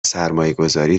سرمایهگذاری